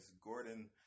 Gordon